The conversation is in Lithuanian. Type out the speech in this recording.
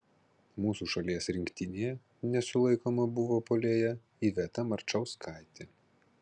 mūsų šalies rinktinėje nesulaikoma buvo vidurio puolėja iveta marčauskaitė